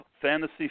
fantasy